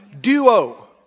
Duo